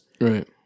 Right